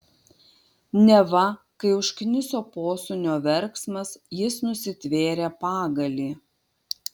neva kai užkniso posūnio verksmas jis nusitvėrė pagalį